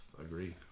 agree